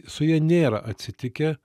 su ja nėra atsitikę